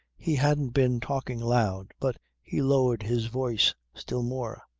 he hadn't been talking loud but he lowered his voice still more.